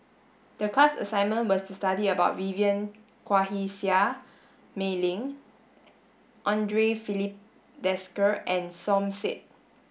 the class assignment was to study about Vivien Quahe Seah Mei Lin Andre Filipe Desker and Som Said